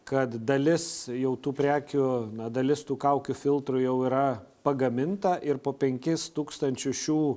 kad dalis jau tų prekių na dalis tų kaukių filtrų jau yra pagaminta ir po penkis tūkstančius šių